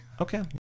Okay